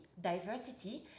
diversity